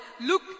look